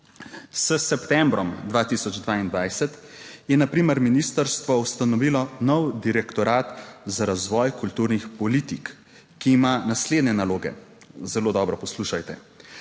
S septembrom 2022 je na primer ministrstvo ustanovilo nov direktorat za razvoj kulturnih politik, ki ima naslednje naloge, zelo dobro poslušajte: